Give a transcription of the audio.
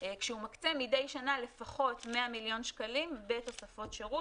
כשהוא מקצה מדי שנה לפחות 100 מיליון שקלים בתוספות שירות